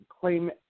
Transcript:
claim